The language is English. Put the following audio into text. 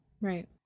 right